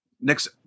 next